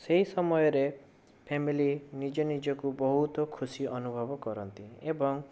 ସେହି ସମୟରେ ଫ୍ୟାମିଲି ନିଜ ନିଜକୁ ବହୁତ ଖୁସି ଅନୁଭବ କରନ୍ତି ଏବଂ